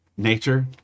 nature